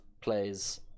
plays